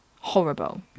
horrible